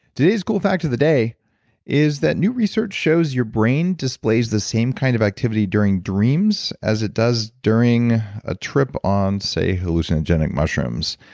today's cool fact of the day is that new research shows your brain displays the same kind of activity during dreams as it does during a trip on say hallucinogenic mushrooms.